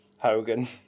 Hogan